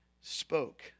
spoke